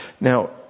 now